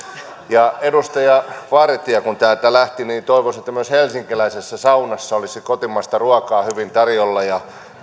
edustaja vartia hän täältä lähti toivoisin että myös helsinkiläisessä saunassa olisi kotimaista ruokaa hyvin tarjolla ja